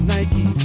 Nike